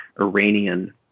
Iranian